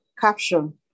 Caption